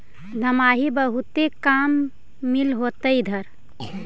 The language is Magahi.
दमाहि बहुते काम मिल होतो इधर?